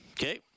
Okay